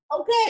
okay